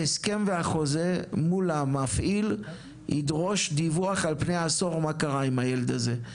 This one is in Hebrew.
ההסכם והחוזה מול המפעיל ידרוש דיווח על פני העשור מה קרה עם הילד הזה.